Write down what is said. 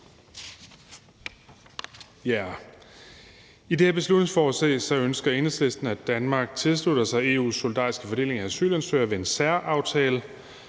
I det her beslutningsforslag ønsker Enhedslisten, at Danmark tilslutter sig EU's solidariske fordeling af asylansøgere ved en særaftale.